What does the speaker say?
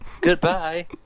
Goodbye